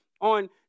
on